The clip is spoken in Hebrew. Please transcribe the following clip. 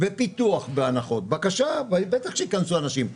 בפיתוח בהנחות בבקשה בטח שיכנסו אנשים,